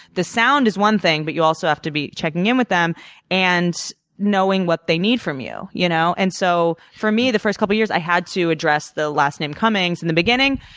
the sound is one thing but you also have to be checking in with them and knowing what they need from you, you know? and so for me, the first couple years, i had to address the last name cummings in the beginning.